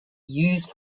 used